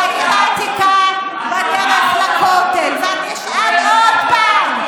ואני אשאל עוד פעם: